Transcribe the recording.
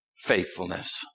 faithfulness